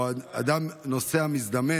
או נוסע מזדמן